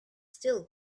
still